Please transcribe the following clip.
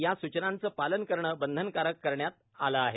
या सुचनांचं पालन करणं बंधनकारक करण्यात आलं आहे